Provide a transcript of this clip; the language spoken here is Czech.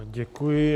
Děkuji.